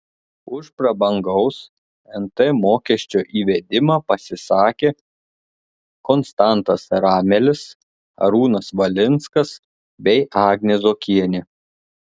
už prabangaus nt mokesčio įvedimą pasisakė konstantas ramelis arūnas valinskas bei agnė zuokienė